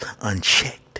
unchecked